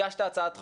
הגשת הצעת חוק,